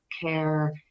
care